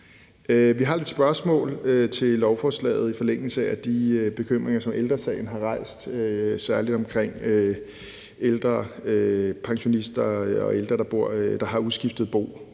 Vi har lidt spørgsmål til lovforslaget i forlængelse af de bekymringer, som Ældre Sagen har rejst, særlig omkring ældre pensionister og ældre, der har uskiftet bo,